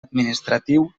administratiu